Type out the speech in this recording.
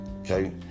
okay